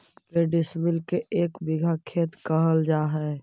के डिसमिल के एक बिघा खेत कहल जा है?